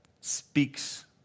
speaks